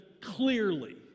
clearly